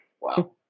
Wow